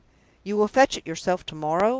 you will fetch it yourself to-morrow?